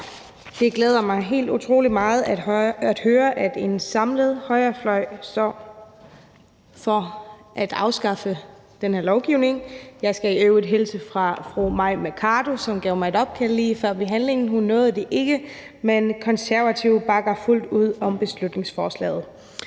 Det glæder mig helt utrolig meget at høre, at en samlet højrefløj er for at afskaffe den her lovgivning; jeg skal i øvrigt hilse fra fru Mai Mercado, som gav mig et opkald lige før behandlingen – hun nåede det ikke, men Konservative bakker fuldt ud op om beslutningsforslaget.